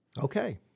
Okay